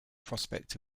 prospect